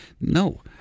No